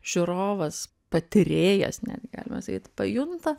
žiūrovas patyrėjas net galima sakyt pajunta